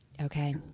Okay